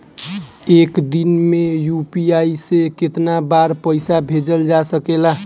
एक दिन में यू.पी.आई से केतना बार पइसा भेजल जा सकेला?